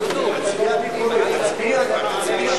ראיתי עליונים